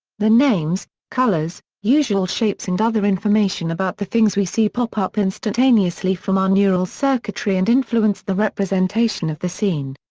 the names, colours, usual shapes and other information about the things we see pop up instantaneously from our neural circuitry and influence the representation of the scene.